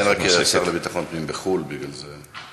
השר לביטחון פנים בחו"ל, בגלל זה.